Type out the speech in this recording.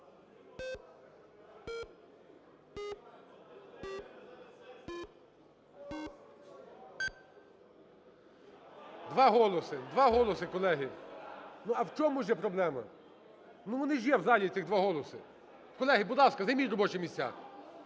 Два голоси, колеги! (Шум у залі) А в чому ж є проблема? Ну, вони ж є в залі ці два голоси. Колеги, будь ласка, займіть робочі місця.